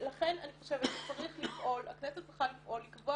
לכן אני חושבת שהכנסת צריכה לפעול לקבוע